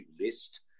list